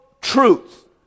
truth